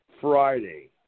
Friday